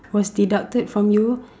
was deducted from you